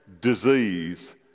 disease